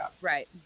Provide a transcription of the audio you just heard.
Right